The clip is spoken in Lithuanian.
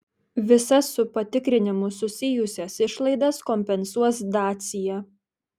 visas su patikrinimu susijusias išlaidas kompensuos dacia